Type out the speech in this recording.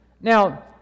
Now